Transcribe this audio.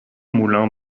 moulin